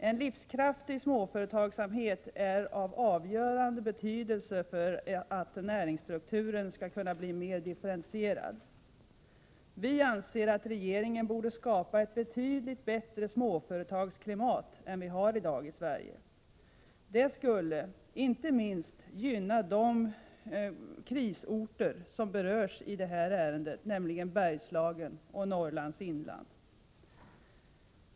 En livskraftig småföretagsamhet är av avgörande betydelse för att näringsstrukturen skall kunna bli mer differentierad. Vi anser att regeringen borde skapa ett betydligt bättre småföretagsklimat än vi har i dag i Sverige. Det skulle inte minst gynna de krisorter som berörs i det här ärendet, nämligen Bergslagen och Norrlands inland.